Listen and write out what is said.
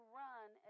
run